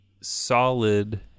solid